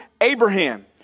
Abraham